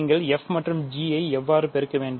நீங்கள் f மற்றும் g ஐ எவ்வாறு பெருக்க வேண்டும்